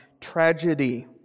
tragedy